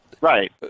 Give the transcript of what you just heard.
Right